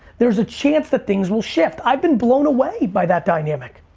there's a chance that things will shift. i've been blown away by that dynamic.